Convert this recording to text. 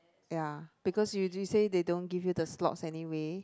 ya because usually say they don't give you the slots anyway